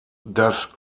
das